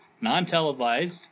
non-televised